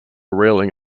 railing